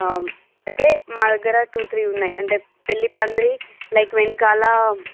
అయితే మా దగ్గర టూ త్రీ ఉన్నాయి అంటే పెళ్ళీ పందిరి లైక్ వెనకాల